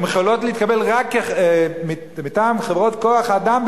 הן יכולות להתקבל רק מטעם חברות כוח-אדם,